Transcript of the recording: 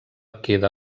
queda